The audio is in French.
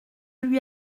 lui